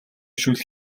шөл